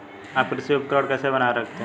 आप कृषि उपकरण कैसे बनाए रखते हैं?